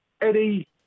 Eddie